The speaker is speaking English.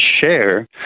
share